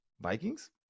Vikings